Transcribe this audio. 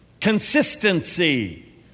consistency